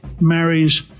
marries